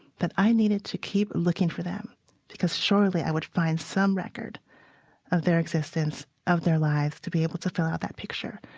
that i needed to keep looking for them because surely i would find some record of their existence, of their lives, to be able to fill out that picture.